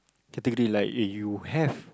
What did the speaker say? category like eh you have